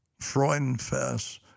Freudenfest